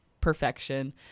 Perfection